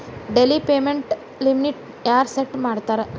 daily payment ಲಿಮಿಟ್ನ ಯಾರ್ set ಮಾಡ್ತಾರಾ